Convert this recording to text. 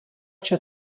cha